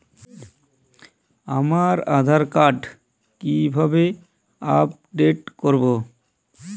আমার আধার কার্ড কিভাবে আপডেট করব?